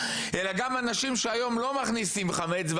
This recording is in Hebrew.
אלא גם אנשים שהיום לא מכניסים חמץ,